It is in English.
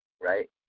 right